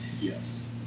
Yes